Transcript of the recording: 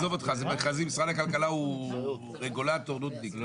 משרד הכלכלה הוא רגולטור נודניק.